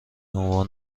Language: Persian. عنوان